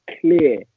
clear